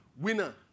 Winner